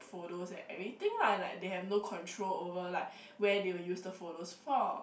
photos and everything lah like they have no control over like where they will use the photos for